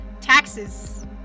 Taxes